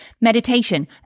Meditation